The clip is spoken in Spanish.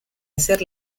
hacer